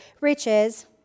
riches